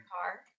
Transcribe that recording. car